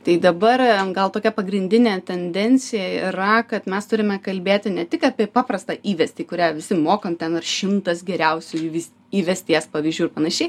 tai dabar gal tokia pagrindinė tendencija yra kad mes turime kalbėti ne tik apie paprastą įvestį kurią visi mokam ten ar šimtas geriausiųjų vis įvesties pavyzdžių ir panašiai